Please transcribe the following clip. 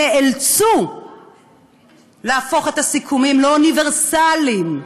נאלצו להפוך את הסיכומים לאוניברסליים,